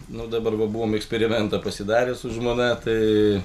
nu dabar va buvom eksperimentą pasidarę su žmona tai